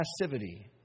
passivity